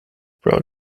pro